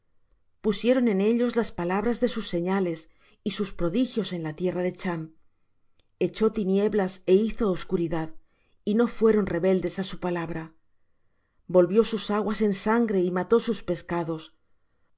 pusieron en ellos las palabras de sus señales y sus prodigios en la tierra de chm echó tinieblas é hizo oscuridad y no fueron rebeldes á su palabra volvió sus aguas en sangre y mató sus pescados